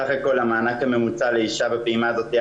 סך הכול המענק הממוצע לאישה בפעימה הזאת הוא